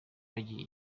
bagiye